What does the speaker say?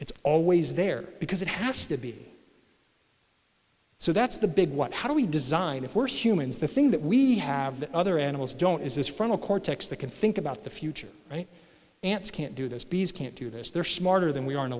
it's always there because it has to be so that's the big what how do we design if we're humans the thing that we have the other animals don't is this frontal cortex that can think about the future ants can't do this bees can't do this they're smarter than we are in a